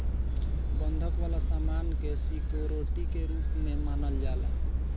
बंधक वाला सामान के सिक्योरिटी के रूप में मानल जाला